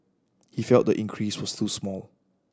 he felt the increase was too small